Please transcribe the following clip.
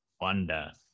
wanda